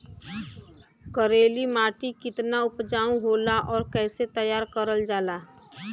करेली माटी कितना उपजाऊ होला और कैसे तैयार करल जाला?